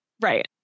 right